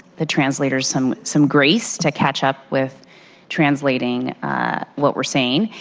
the translator some some grace to catch up with translating what we're saying.